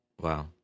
Wow